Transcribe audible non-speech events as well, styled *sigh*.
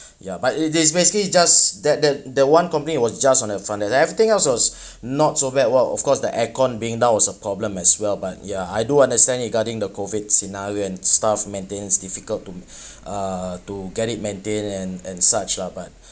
yeah but it it's basically just that that that one complaint it was just on that from that everything was *breath* not so bad well of course the aircon being down was a problem as well but ya I do understand regarding the COVID scenario and staff maintenance difficult to uh *breath* to get it maintain and and such lah but